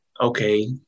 okay